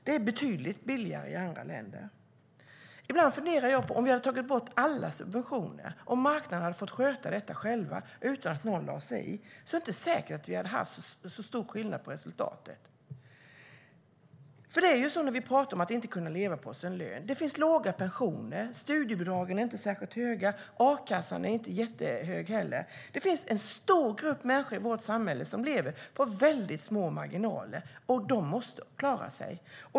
Det är betydligt billigare i andra länder. Ibland funderar jag på vad som hade hänt om vi tagit bort alla subventioner, om marknaden fått sköta detta själv utan att någon lade sig i. Det är inte säkert att det hade varit så stor skillnad på resultatet. Det är ju så här när vi talar om att inte kunna leva på sin lön: Det finns låga pensioner. Studiebidragen är inte särskilt höga. A-kassan är inte heller jättehög. Det finns en stor grupp människor i vårt samhälle som lever på väldigt små marginaler, och de måste klara sig.